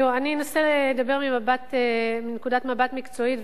אני אנסה לדבר מנקודת מבט מקצועית,